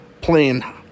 Playing